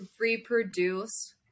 reproduce